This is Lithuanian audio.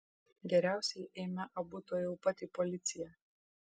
geriausiai eime abu tuojau pat į policiją